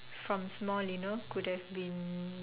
from small you know could have been